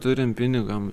turim pinigam